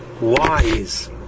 wise